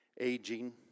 aging